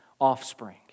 offspring